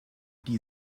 die